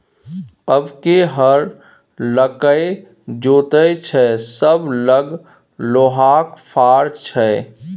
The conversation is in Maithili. आब के हर लकए जोतैय छै सभ लग लोहाक फार छै